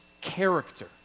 character